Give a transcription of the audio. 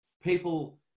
People